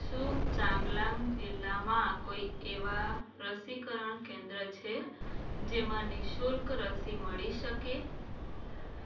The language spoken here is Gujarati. શું ચાંગલાંગ જિલ્લામાં કોઈ એવાં રસીકરણ કેન્દ્ર છે જેમાં નિ શુલ્ક રસી મળી શકે